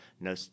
no